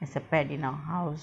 there's a pet in our house